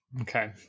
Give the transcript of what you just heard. Okay